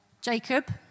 Jacob